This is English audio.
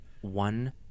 one